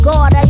God